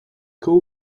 call